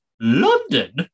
London